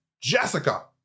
jessica